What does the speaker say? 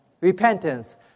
Repentance